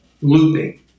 looping